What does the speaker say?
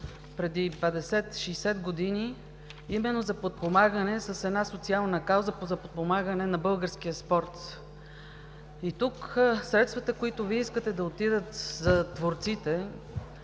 преди 50 – 60 години с една социална кауза за подпомагане на българския спорт. И тук средствата, които искате да отидат за творците,